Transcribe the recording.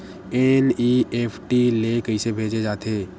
NEFT ले कइसे भेजे जाथे?